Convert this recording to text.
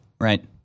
right